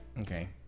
okay